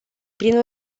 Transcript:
prin